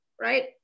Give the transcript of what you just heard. right